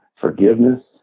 forgiveness